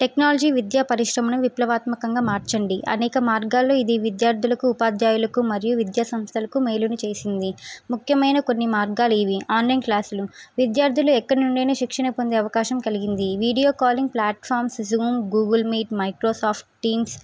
technology విద్యా పరిశ్రమను విప్లవాత్మకంగా మార్చండి అనేక మార్గాల్లో ఇది విద్యార్థులకు ఉపాధ్యాయులకు మరియు విద్యా సంస్థలకు మేలుని చేసింది ముఖ్యమైన కొన్ని మార్గాలు ఇవి ఆన్లైన్ క్లాసులు విద్యార్థులు ఎక్కడి నుండైన శిక్షణ కొండి అవకాశం కలిగింది video calling platforms Zoom Google Meet Microsoft teams